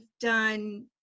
done